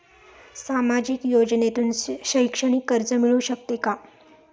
सामाजिक योजनेतून शैक्षणिक कर्ज मिळू शकते का?